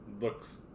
looks